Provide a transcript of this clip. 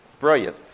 Brilliant